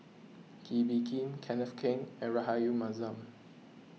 Kee Bee Khim Kenneth Keng and Rahayu Mahzam